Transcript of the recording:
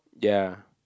ya